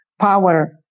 power